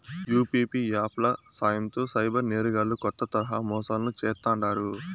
UPI app ల సాయంతో cyber నేరగాల్లు కొత్త తరహా మోసాలను చేస్తాండారు